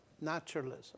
naturalism